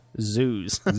Zoos